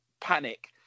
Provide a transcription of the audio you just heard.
panic